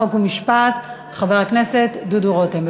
חוק ומשפט חבר הכנסת דודו רותם.